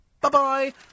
Bye-bye